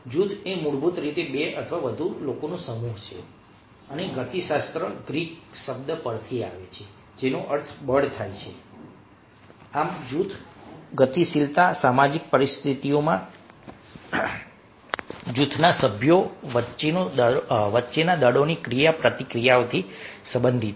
જૂથ એ મૂળભૂત રીતે 2 અથવા વધુ લોકોનું સમૂહ છે અને ગતિશાસ્ત્ર ગ્રીક શબ્દ પરથી આવે છે જેનો અર્થ બળ થાય છે આમ જૂથ ગતિશીલતા સામાજિક પરિસ્થિતિઓમાં જૂથના સભ્યો વચ્ચેના દળોની ક્રિયાપ્રતિક્રિયાથી સંબંધિત છે